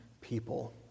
people